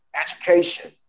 education